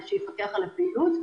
שיפקח על הפעילות,